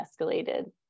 escalated